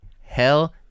hell